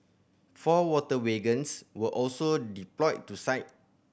four water wagons were also deployed to site